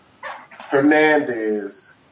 Hernandez